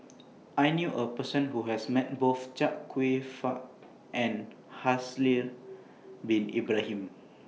I knew A Person Who has Met Both Chia Kwek Fah and Haslir Bin Ibrahim